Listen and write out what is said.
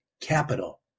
capital